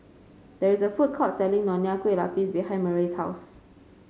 there is a food court selling Nonya Kueh Lapis behind Murray's house